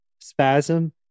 spasm